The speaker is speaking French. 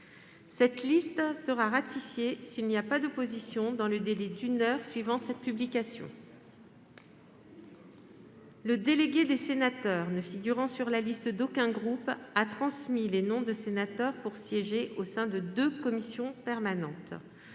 Cette liste sera ratifiée s'il n'y a pas d'opposition dans le délai d'une heure suivant cette publication. Le délégué des sénateurs ne figurant sur la liste d'aucun groupe a transmis les noms de sénateurs pour siéger au sein de deux commissions permanentes.